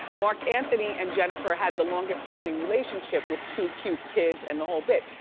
marc anthony and jennifer had the longest standing relationship with two cute kids and the whole bit.